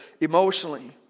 emotionally